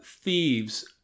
thieves